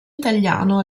italiano